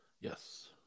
Yes